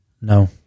No